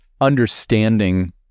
understanding